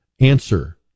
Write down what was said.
answer